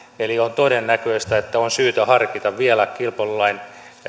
eli on todennäköistä että on syytä harkita vielä kilpailulain